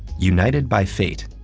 united by fate,